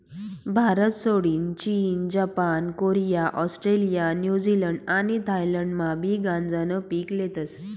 भारतसोडीन चीन, Japan, Korea, Australia, New Zealand आणि थायलंडमाबी गांजानं पीक लेतस